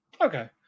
Okay